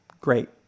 great